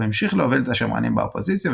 הוא המשיך להוביל את השמרנים באופוזיציה,